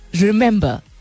remember